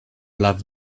loved